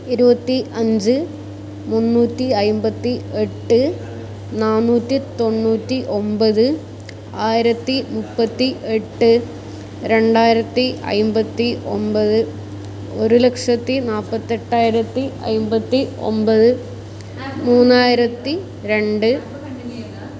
ഇരുപത്തി അഞ്ച് മുന്നൂറ്റി അൻപത്തി എട്ട് നാനൂറ്റി തൊണ്ണൂറ്റി ഒൻപത് ആയിരത്തി മുപ്പത്തി എട്ട് രണ്ടായിരത്തി അൻപത്തി ഒൻപത് ഒരു ലക്ഷത്തി നാൽപ്പത്തിയെട്ടായിരത്തി അൻപത്തി ഒൻപത് മൂവായിരത്തി രണ്ട്